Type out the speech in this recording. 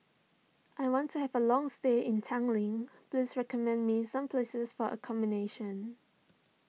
I want to have a long stay in Tallinn please recommend me some places for a combination